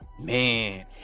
Man